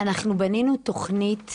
אנחנו בנינו תוכנית